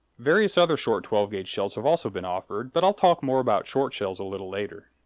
various other short twelve ga shells have also been offered but i'll talk more about short shells a little later.